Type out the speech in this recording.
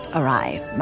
arrive